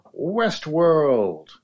Westworld